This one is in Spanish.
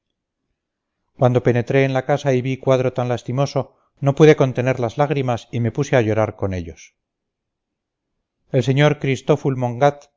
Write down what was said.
cuando penetré en la casa y vi cuadro tan lastimoso no pude contener las lágrimas y me puse a llorar con ellos el sr cristful mongat